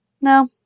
no